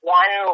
one